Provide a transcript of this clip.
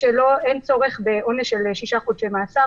שאין צורך בעונש של שישה חודשי מאסר